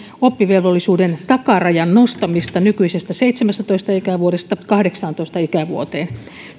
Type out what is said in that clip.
oppivelvollisuuden takarajan nostamista nykyisestä seitsemästätoista ikävuodesta kahdeksantoista ikävuoteen